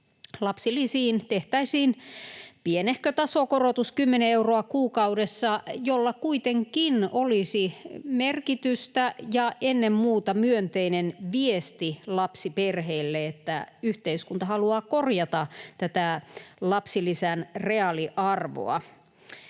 lapsilisiin tehtäisiin pienehkö tasokorotus, 10 euroa kuukaudessa, jolla kuitenkin olisi merkitystä ja ennen muuta myönteinen viesti lapsiperheille, että yhteiskunta haluaa korjata tätä lapsilisän reaaliarvoa.